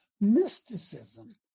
mysticism